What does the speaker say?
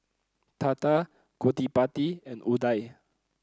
Tata Gottipati and Udai